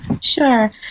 Sure